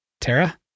Tara